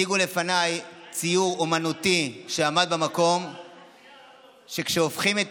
הציגו לפניי ציור אומנותי שעמד במקום שכשהופכים את